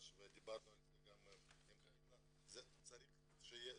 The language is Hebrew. ודיברנו על זה גם עם פנינה, צריך שיהיה